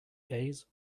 days